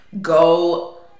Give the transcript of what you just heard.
go